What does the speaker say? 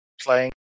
playing